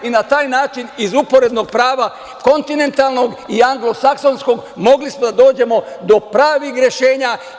Na taj način iz uporednog prava, kontinentalnog i anglosaksonskog, mogli smo da dođemo do pravih rešenja.